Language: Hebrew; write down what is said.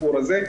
הסיפור הזה.